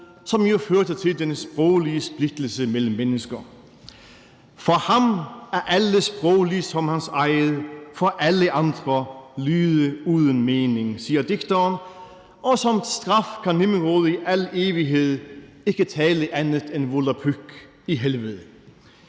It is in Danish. som jo førte til den sproglige splittelse mellem mennesker. »For ham er alle sprog ligesom hans eget, for alle andre er det lyde uden mening«, siger digteren, og som straf kan Nimrod i al evighed ikke tale andet end volapyk i Helvede.